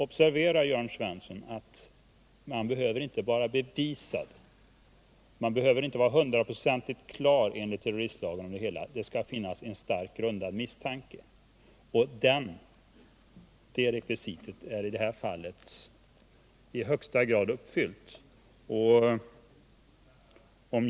Observera, Jörn Svensson, att man behöver inte vara hundraprocentigt överbevisad enligt terroristlagen. Det skall finnas en starkt grundad misstanke, och det rekvisitet är i det här fallet i högsta grad uppfyllt.